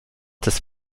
des